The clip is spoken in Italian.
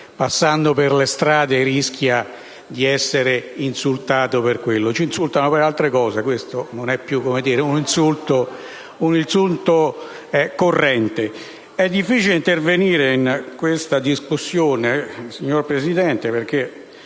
passando per le strade, rischia di essere insultato per quello: ci insultano per altre cose, questo non è più un insulto corrente. È difficile intervenire in questa discussione, signor Presidente, perché